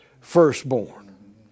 firstborn